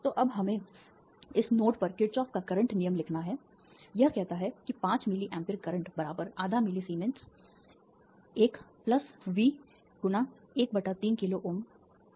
तो अब हमें इस नोट पर किरचॉफ का करंट नियम लिखना है यह कहता है कि 5 मिली amp करंट s आधा मिली सीमेंस 1V 13 किलोΩs ठीक है